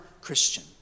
Christian